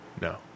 no